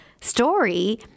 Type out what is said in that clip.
story